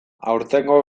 aurtengo